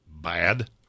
bad